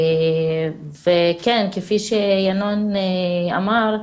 וכן, כפי שינון אמר,